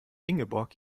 ingeborg